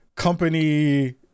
company